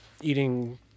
eating